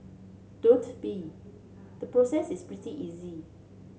don't be the process is pretty easy